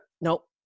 Nope